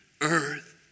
earth